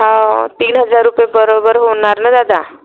हो तीन हजार रुपये बरोबर होणार ना दादा